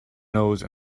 nose